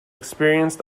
experienced